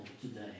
today